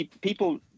people